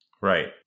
Right